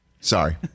Sorry